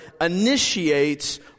initiates